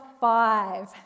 five